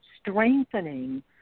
strengthening